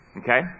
Okay